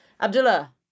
Abdullah